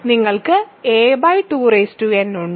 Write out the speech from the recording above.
നിങ്ങൾക്ക് a2n ഉണ്ട്